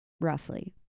roughly